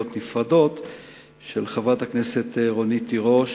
נפרדות של חברת הכנסת רונית תירוש